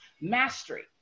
mastery